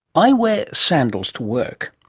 i wear sandals to work.